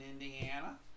Indiana